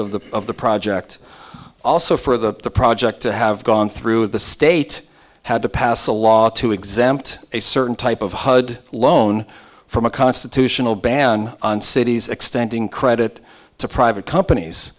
of the of the project also for the project to have gone through the state had to pass a law to exempt a certain type of hud loan from a constitutional ban on cities extending credit to private